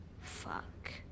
Fuck